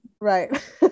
Right